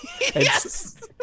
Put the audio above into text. yes